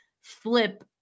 flip